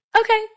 okay